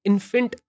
Infant